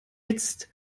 jetzt